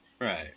Right